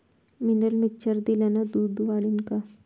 Mineral mixture दिल्यानं दूध वाढीनं का?